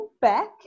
back